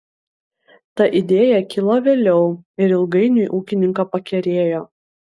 ta idėja kilo vėliau ir ilgainiui ūkininką pakerėjo